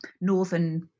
northern